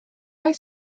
oes